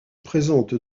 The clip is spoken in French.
présente